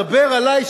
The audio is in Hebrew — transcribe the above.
דבר עלי,